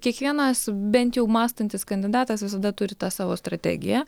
kiekvienas bent jau mąstantis kandidatas visada turi tą savo strategiją